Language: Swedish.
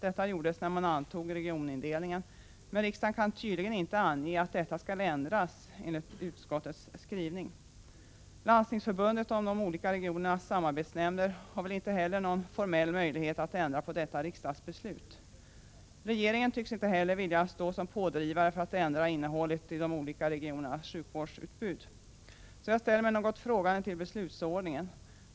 Detta gjordes när man antog regionindelningen, men riksdagen kan tydligen inte ange att detta skall ändras, enligt utskottets skrivning. Landstingsförbundet och de olika regionernas samarbetsnämnder har väl inte heller någon formell möjlighet att ändra på detta riksdagsbeslut. Regeringen tycks inte heller vilja stå som pådrivare för att ändra innehållet i de olika regionernas sjukvårdsutbud. Så jag ställer mig något frågande till beslutsordningen.